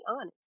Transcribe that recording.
honest